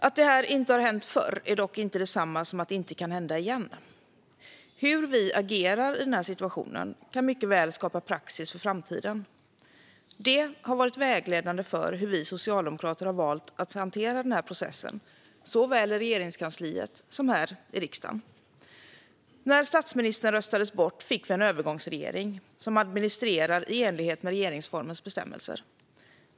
Att det inte hänt förut är dock inte detsamma som att det inte kan hända igen. Hur vi agerar i situationen kan mycket väl skapa praxis för framtiden. Det har varit vägledande för hur vi socialdemokrater har valt att hantera den här processen såväl i Regeringskansliet som här i riksdagen. När statsministern röstades bort fick vi en övergångsregering som administrerar i enlighet med regeringsformens bestämmelser.